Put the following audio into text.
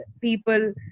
people